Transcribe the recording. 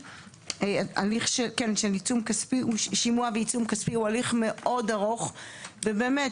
הליך של שימוע ועיצום כספי הוא הליך מאוד ארוך ובאמת